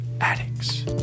addicts